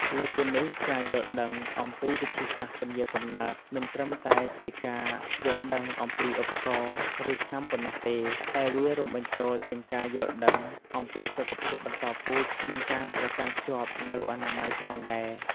លើសពីនេះ ការយល់ដឹងអំពីវិធីសាស្ត្រពន្យារកំណើត មិនត្រឹមតែជាការយល់ដឹងអំពីឧបករណ៍ ឬថ្នាំប៉ុណ្ណោះទេ តែវារួមបញ្ចូលទាំងការយល់ដឹងអំពីសុខភាពបន្តពូជ និងការប្រកាន់ខ្ជាប់នូវអនាម័យផងដែរ។